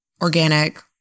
organic